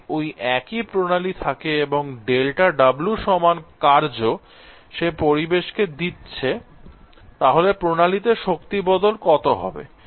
যদি ওই একই প্রণালী থাকে এবং δW সমান কার্য সে পরিবেশকে দিচ্ছে I তাহলে প্রণালীতে শক্তি বদল কত হবে